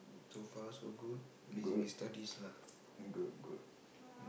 so far so good busy with studies lah